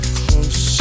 close